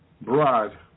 broad